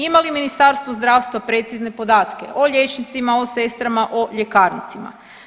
Ima li Ministarstvo zdravstva precizne podatke o liječnicima, o sestrama, o ljekarnicima?